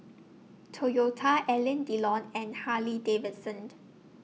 Toyota Alain Delon and Harley Davidson